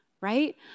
right